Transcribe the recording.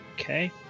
Okay